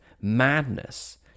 madness